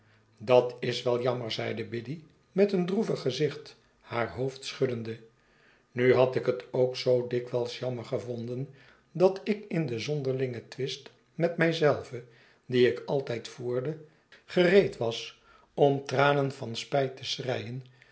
dat is wel jammer zeide biddy met een droevig gezicbt haar hoofd schuddende nu had ik het ook zoo dikwijls jammer gevonden dat ik in den zonderlingen twist met mij zelven dien ik altijd voerde gereed was om tranen van spijt te